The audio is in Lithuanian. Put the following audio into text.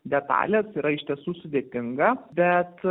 detalės yra iš tiesų sudėtinga bet